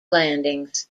landings